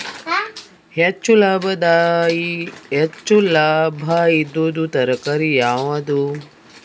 ಹೆಚ್ಚು ಲಾಭಾಯಿದುದು ತರಕಾರಿ ಯಾವಾದು?